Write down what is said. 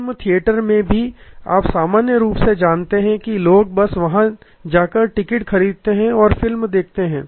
film theatre में भी आप सामान्य रूप से जानते हैं कि लोग बस वहां जाकर टिकट खरीदते हैं और फिल्म देखते हैं